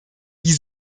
die